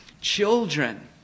Children